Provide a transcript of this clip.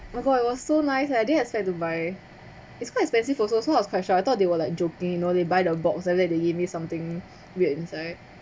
because it was so nice eh I didn't expect to buy its quite expensive also so I was quite shock I thought they were like joking you know they buy the box and then they give me something weird inside